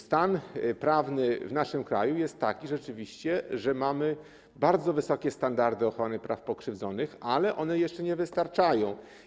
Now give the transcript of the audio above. Stan prawny w naszym kraju jest rzeczywiście taki, że mamy bardzo wysokie standardy ochrony praw pokrzywdzonych, ale one jeszcze nie wystarczają.